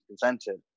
presented